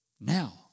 Now